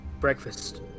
Breakfast